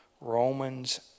Romans